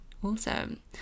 Awesome